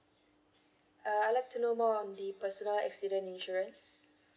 uh I like to know more on the personal accident insurance